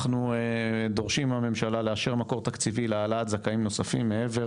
אנחנו דורשים מהממשלה לאשר מקור תקציבי להעלאת זכאים נוספים מעבר